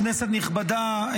כנסת נכבדה,